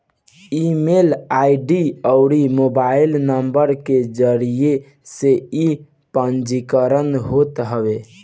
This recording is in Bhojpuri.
ईमेल आई.डी अउरी मोबाइल नुम्बर के जरिया से इ पंजीकरण होत हवे